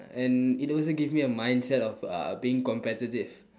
and it also give me a mindset of uh being competitive